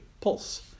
pulse